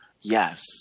Yes